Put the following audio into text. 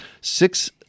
six